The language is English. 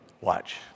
Watch